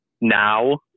now